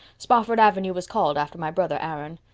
spofford avenue was called after my brother aaron.